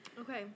okay